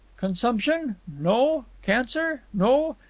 consumption? no? cancer? no?